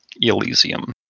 Elysium